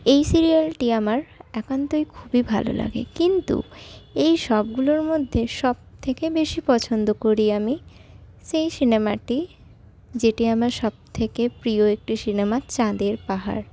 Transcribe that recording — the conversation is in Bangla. এই সিরিয়ালটি আমার একান্তই খুবই ভালো লাগে কিন্তু এই সবগুলোর মধ্যে সবথেকে বেশি পছন্দ করি আমি সেই সিনেমাটি যেটি আমার সবথেকে প্রিয় একটি সিনেমা চাঁদের পাহাড়